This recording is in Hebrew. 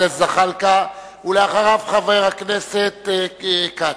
חבר הכנסת זחאלקה, ואחריו, חבר הכנסת כץ,